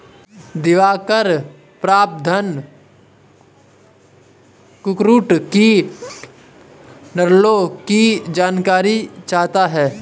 दिवाकर प्रतापधन कुक्कुट की नस्लों की जानकारी चाहता है